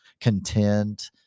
content